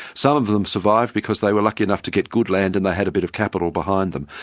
some of them survived because they were lucky enough to get good land and they had a bit of capital behind them.